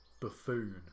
buffoon